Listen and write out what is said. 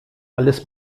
alles